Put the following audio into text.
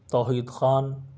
Tauheed Khan